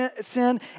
sin